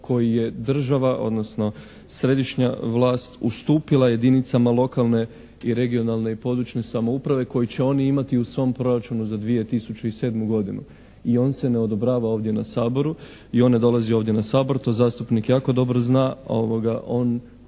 koji je država, odnosno središnja vlast ustupila jedinicama lokalne i regionalne i područne samouprave koju će oni imati u svom Proračunu za 2007. godinu. I on se ne odobrava ovdje na Saboru i on ne dolazi ovdje na Sabor. To zastupnik jako dobro zna, on